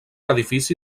edifici